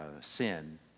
sin